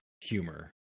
humor